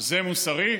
זה מוסרי?